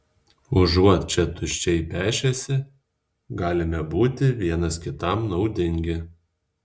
užuot čia tuščiai pešęsi galime būti vienas kitam naudingi